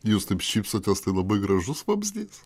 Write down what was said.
jūs taip šypsotės tai labai gražus vabzdys